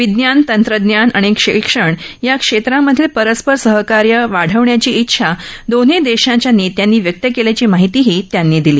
विज्ञान तंत्रज्ञान आणि शिक्षण या क्षेत्रांमधली परस्पर सहकार्य वाढवण्याची इच्छा दोन्ही देशांच्या नेत्यांनी व्यक्त केल्याची माहिती त्यांनी दिली